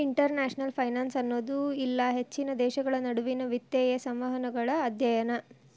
international finance ಅನ್ನೋದು ಇಲ್ಲಾ ಹೆಚ್ಚಿನ ದೇಶಗಳ ನಡುವಿನ್ ವಿತ್ತೇಯ ಸಂವಹನಗಳ ಅಧ್ಯಯನ